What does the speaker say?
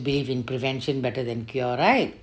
believe in prevention better than cure right